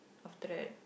after that